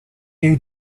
you